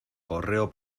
correo